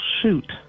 shoot